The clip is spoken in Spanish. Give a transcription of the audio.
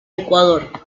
ecuador